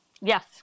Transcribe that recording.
Yes